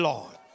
Lord